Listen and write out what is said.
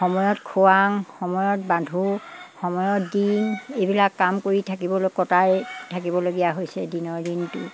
সময়ত খোৱাওঁ সময়ত বান্ধো সময়ত দিওঁ এইবিলাক কাম কৰি থাকিবলৈ কটাই থাকিবলগীয়া হৈছে দিনৰ দিনটো